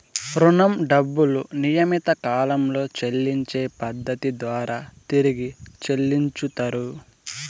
రుణం డబ్బులు నియమిత కాలంలో చెల్లించే పద్ధతి ద్వారా తిరిగి చెల్లించుతరు